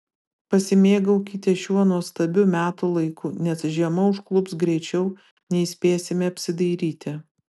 pasimėgaukite šiuo nuostabiu metų laiku nes žiema užklups greičiau nei spėsime apsidairyti